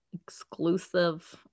exclusive